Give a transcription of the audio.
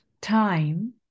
time